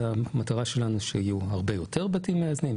המטרה שלנו שיהיו הרבה יותר בתים מאזנים.